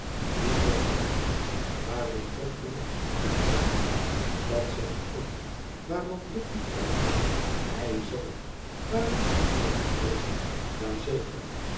wie zegt dat waarop jobling verklaart dat zeg ik waarop guppy uitroept ei zoo waarop jobling laat volgen